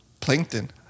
Plankton